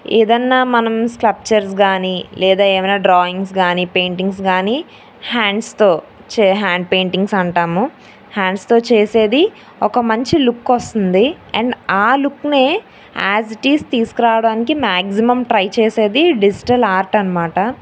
ఏదన్నా మనం స్ట్రక్చర్స్ కానీ లేదా ఏమైనా డ్రాయింగ్స్ కానీ పెయింటింగ్స్ కానీ హ్యాండ్స్తో చే హ్యాండ్ పెయింటింగ్స్ అంటాము హ్యాండ్స్తో చేసేది ఒక మంచి లుక్ వస్తుంది అండ్ ఆ లుక్నే యాజ్ ఇటీస్ తీసుకురావడానికి మ్యాక్జిమమ్ ట్రై చేసేది డిజిటల్ ఆర్ట్ అన్నమాట